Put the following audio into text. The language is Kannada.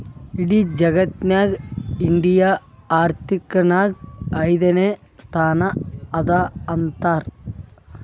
ಇಡಿ ಜಗತ್ನಾಗೆ ಇಂಡಿಯಾ ಆರ್ಥಿಕ್ ನಾಗ್ ಐಯ್ದನೇ ಸ್ಥಾನ ಅದಾ ಅಂತಾರ್